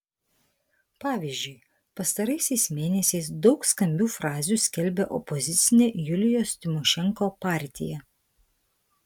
pavyzdžiui pastaraisiais mėnesiais daug skambių frazių skelbia opozicinė julijos tymošenko partija